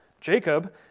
Jacob